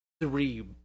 three